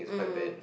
mm